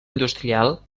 industrial